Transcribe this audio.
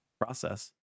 process